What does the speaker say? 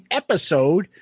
episode